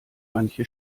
manche